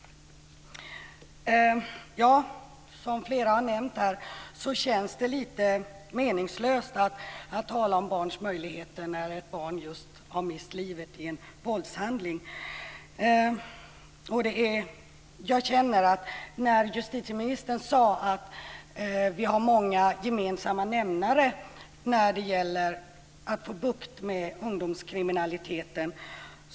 Som flera har nämnt känns det litet meningslöst att tala om barns möjligheter när ett barn just har mist livet i en våldshandling. Justitieministern sade att vi har många gemensamma nämnare när det gäller att få bukt med ungdomskriminaliteten.